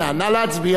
נא להצביע.